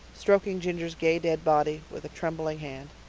stroking ginger's gay dead body with a trembling hand.